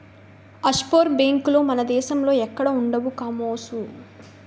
offshore బేంకులు మన దేశంలో ఎక్కడా ఉండవు కామోసు